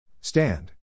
Stand